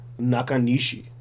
Nakanishi